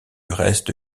reste